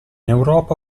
europa